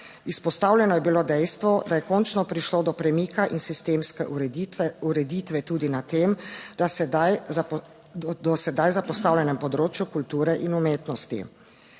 Izpostavljeno je bilo dejstvo, da je končno prišlo do premika in sistemske ureditve tudi na tem, da do sedaj zapostavljenem področju kulture in umetnosti.